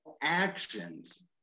actions